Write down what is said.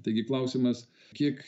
taigi klausimas kiek